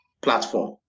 platform